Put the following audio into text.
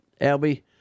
Albie